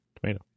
tomato